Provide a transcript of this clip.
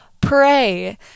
pray